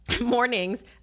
mornings